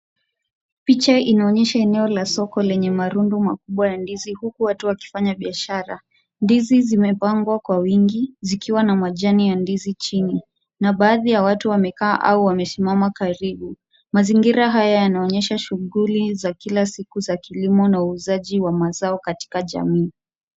Picha inaonyesha eneo la soko lenye marundo makubwa ya ndizi huku watu wakifanya biashara. Ndizi zimepangwa kwa wingi zikiwa na majani ya ndizi chini na baadhi ya watu wamekaa au wamesimama karibu. Mazingira haya yanaonyesha shughuli za kila siku za kilimo na uuzaji wa mazao katika jamii.